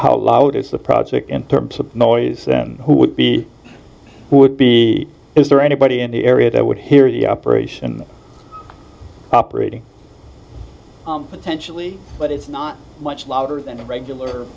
loud is the project in terms of noise who would be would be is there anybody in the area that would hear the operation operating potentially but it's not much louder than the regular